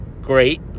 great